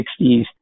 1960s